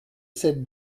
cette